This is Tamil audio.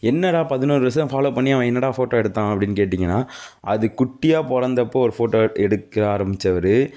என்னடா பதினோரு வர்ஷம் ஃபாலோ பண்ணி அவன் என்னடா ஃபோட்டோ எடுத்தான் அப்டின்னு கேட்டிங்கனா அது குட்டியாக பிறந்தப்போ ஒரு ஃபோட்டோ எடுக்க ஆரம்மிச்சவுரு